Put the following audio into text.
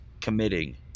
committing